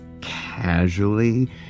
casually